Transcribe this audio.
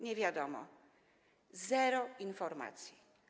Nie wiadomo, zero informacji.